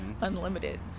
unlimited